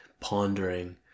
pondering